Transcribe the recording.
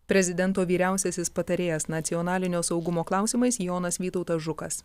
prezidento vyriausiasis patarėjas nacionalinio saugumo klausimais jonas vytautas žukas